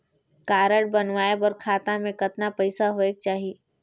Card बनवाय बर खाता मे कतना पईसा होएक चाही?